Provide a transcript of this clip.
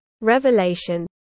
Revelation